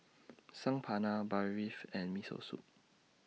Saag Paneer Barfi and Miso Soup